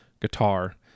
guitar